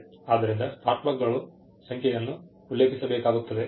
ಆದ್ದರಿಂದ ಸ್ಪಾರ್ಕ್ ಪ್ಲಗ್ಗಳ ಸಂಖ್ಯೆಯನ್ನು ಉಲ್ಲೇಖಿಸಬೇಕಾಗುತ್ತದೆ